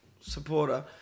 supporter